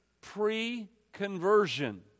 pre-conversion